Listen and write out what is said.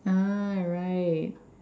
ah right